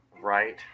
right